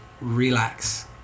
relax